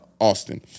Austin